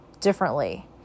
differently